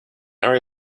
narrow